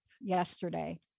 yesterday